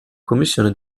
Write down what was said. commissione